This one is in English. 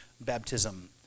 baptism